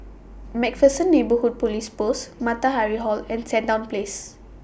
MacPherson Neighbourhood Police Post Matahari Hall and Sandown Place